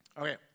Okay